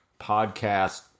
podcast